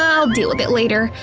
ah i'll deal with it later.